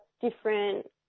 different